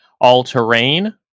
all-terrain